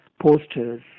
posters